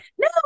no